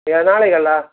ಈಗ ನಾಳೆಗೆ ಅಲ್ಲಾ